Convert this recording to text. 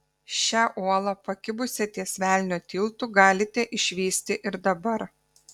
šią uolą pakibusią ties velnio tiltu galite išvysti ir dabar